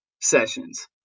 sessions